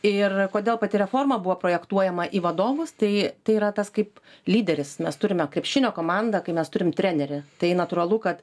ir kodėl pati reforma buvo projektuojama į vadovus tai tai yra tas kaip lyderis mes turime krepšinio komandą kai mes turim trenerį tai natūralu kad